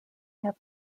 have